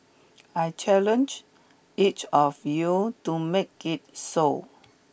I challenge each of you to make it so